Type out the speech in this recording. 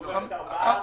לא, ארבעה.